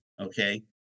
okay